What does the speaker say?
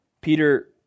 Peter